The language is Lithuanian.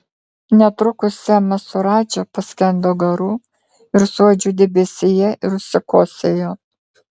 netrukus semas su radža paskendo garų ir suodžių debesyje ir užsikosėjo